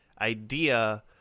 idea